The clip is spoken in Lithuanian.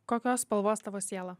kokios spalvos tavo siela